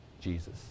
Jesus